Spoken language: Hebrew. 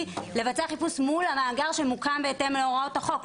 לבצע חיפוש מול המאגר שמוקם בהתאם להוראות החוק,